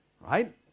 right